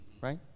right